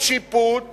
שיפוט